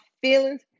feelings